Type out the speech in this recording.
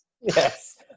Yes